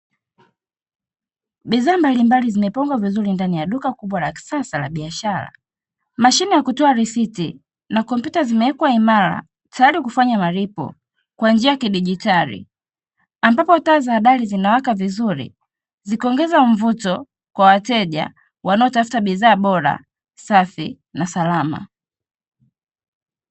Bidhaa mbalimbali zimepangwa vizuri ndani ya duka kubwa la kisasa la biashara. Mashine ya kutoa risiti na kompyuta vimewekwa imara, tayari kufanya malipo kwa njia ya kidigitali. Ambapo taa za dari zinawaka vizuri zikiongeza mvuto kwa wateja wanaotafuta bidhaa bora, safi na salama.